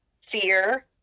fear